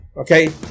okay